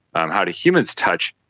and how do humans touch.